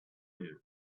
you